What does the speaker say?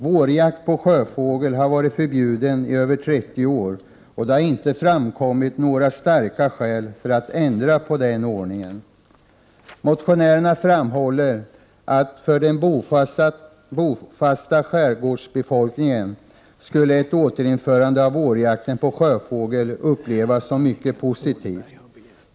Vårjakt på sjöfågel har varit förbjuden i över 30 år, och det har inte framkommit några starka skäl för att ändra på den ordningen. Motionärerna framhåller att för den bofasta skärgårdsbefolkningen skulle ett återinförande av vårjakt på sjöfågel upplevas som mycket positivt.